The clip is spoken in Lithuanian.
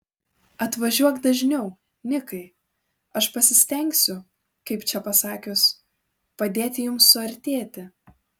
atvažiuok dažniau nikai aš pasistengsiu kaip čia pasakius padėti jums suartėti